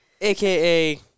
aka